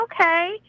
okay